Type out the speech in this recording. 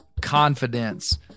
confidence